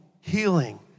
healing